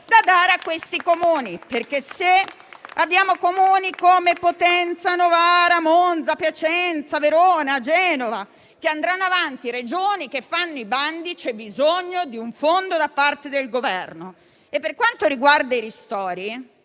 da dare a questi Comuni. Se abbiamo Comuni come Potenza, Novara, Monza, Piacenza, Verona e Genova che andranno avanti e Regioni che fanno i bandi, c'è bisogno di un fondo da parte del Governo. Per quanto riguarda i ristori,